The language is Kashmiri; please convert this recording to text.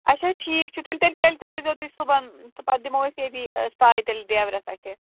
اَچھا ٹھیٖک چھُ تیٚلہِ تیٚلہِ ترٛٲوِزیٚو تُہۍ صُبحن تہٕ پتہٕ دِمہو أسۍ ییٚتی سَے تیٚلہِ ڈریورَس اَتھِ